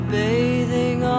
bathing